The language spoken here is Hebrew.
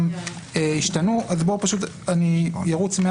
אני מציע שנחזור עכשיו לנקודות שנשארו,